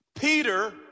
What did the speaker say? Peter